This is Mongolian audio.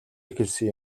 эхэлсэн